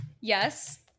Yes